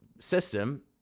system